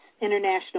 international